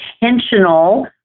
intentional